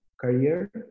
career